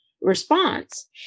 response